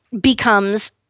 becomes